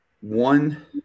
One